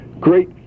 great